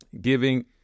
giving